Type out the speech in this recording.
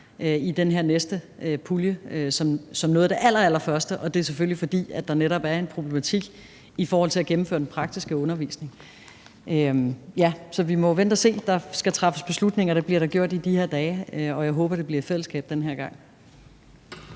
i den her næste pulje som noget af det allerallerførste, og det er selvfølgelig, fordi der jo netop er en problematik i forhold til at gennemføre den praktiske undervisning. Ja, så vi må jo vente og se – der skal træffes beslutninger, og det bliver der gjort i de her dage, og jeg håber, det bliver gjort i fællesskab den her gang.